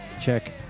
check